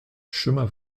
chemin